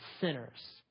sinners